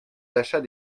d’achat